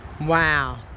Wow